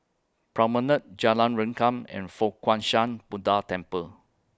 Promenade Jalan Rengkam and Fo Guang Shan Buddha Temple